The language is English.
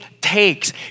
takes